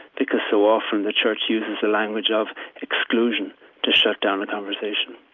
because so often the church uses the language of exclusion to shut down the conversation.